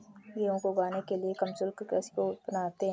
गेहूं को उगाने के लिए हम शुष्क कृषि को अपनाते हैं